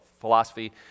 philosophy